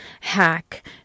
hack